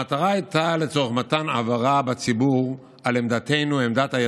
המטרה הייתה לצורך מתן הבהרה בציבור על עמדתנו,